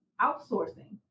outsourcing